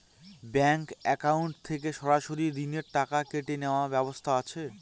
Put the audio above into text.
Bank account থেকে সরাসরি ঋণের টাকা কেটে নেওয়ার ব্যবস্থা আছে?